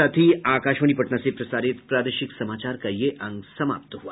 इसके साथ ही आकाशवाणी पटना से प्रसारित प्रादेशिक समाचार का ये अंक समाप्त हुआ